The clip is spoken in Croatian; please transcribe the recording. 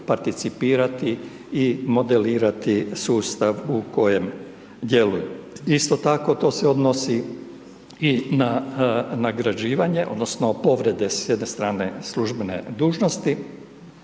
participirati i modelirati sustav u kojem djeluje. Isto tako, to se odnosi i na nagrađivanje odnosno povrede s jedne strane službene dužnosti